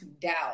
doubt